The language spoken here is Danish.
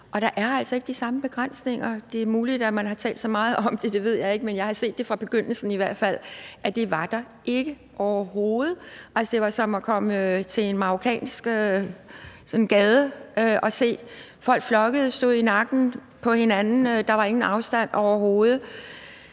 der er altså ikke de samme begrænsninger. Det er muligt, at man har talt så meget om det – det ved jeg ikke – men jeg har i hvert fald set fra begyndelsen, at det var der overhovedet ikke. Altså, det var som at komme til en marokkansk gade. Folk flokkedes, stod i nakken på hinanden, der var ingen afstand overhovedet.